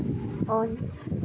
on